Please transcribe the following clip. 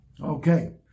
Okay